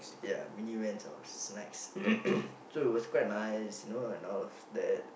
ya mini van of snacks so it was quite nice you know and all of that